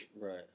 Right